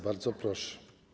Bardzo proszę.